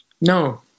No